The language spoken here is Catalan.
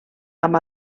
amb